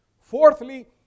Fourthly